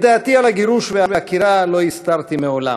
את דעתי על הגירוש והעקירה לא הסתרתי מעולם,